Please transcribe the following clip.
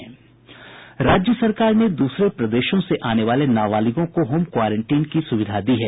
राज्य सरकार ने दूसरे प्रदेशों से आने वाले नाबालिगों को होम क्वारेंटीन की सुविधा दी है